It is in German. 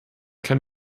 kann